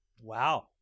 Wow